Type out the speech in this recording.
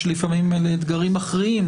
כשלפעמים אלה אתגרים מכריעים,